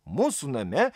mūsų name